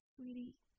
Sweetie